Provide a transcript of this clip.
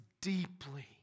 deeply